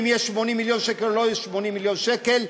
אם יהיו 80 מיליון שקל או לא יהיו 80 מיליון שקל,